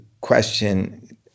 question